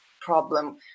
problem